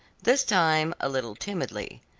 this time a little timidly,